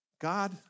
God